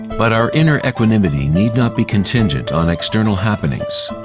but our inner equanimity need not be contingent on external happenings.